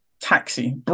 taxi